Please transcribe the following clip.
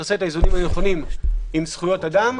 עושה את האיזונים הנכונים עם זכויות אדם.